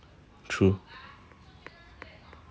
true